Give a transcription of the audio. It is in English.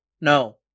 no